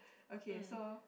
okay so